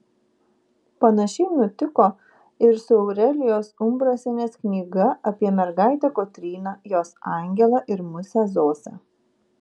panašiai nutiko ir su aurelijos umbrasienės knyga apie mergaitę kotryną jos angelą ir musę zosę